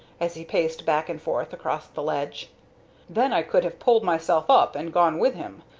as he paced back and forth across the ledge then i could have pulled myself up and gone with him,